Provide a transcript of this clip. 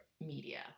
media